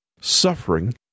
Suffering